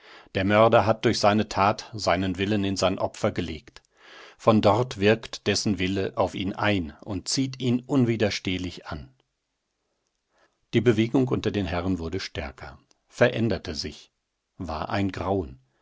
der mörder hat durch seine tat seinen willen in sein opfer gelegt von dort wirkt dessen wille auf ihn ein und zieht ihn unwidestehlich an die bewegung unter den herren wurde stärker veränderte sich war ein grauen